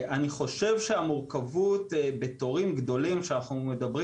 אני חושב שהמורכבות בתורים גדולים כשאנחנו מדברים